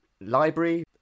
library